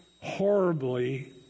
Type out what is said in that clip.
horribly